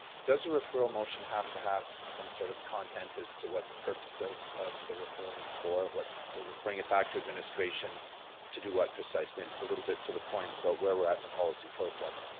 does a referral motion have to have some sort of content as to what the purposes of of the referral is for, what we're referring to back to administration to do what precisely, and so a little bit to the point of but where we're at at the policy process.